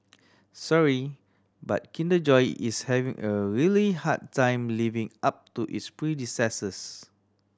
sorry but Kinder Joy is having a really hard time living up to its predecessors